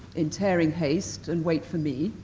in tearing haste, and wait for me,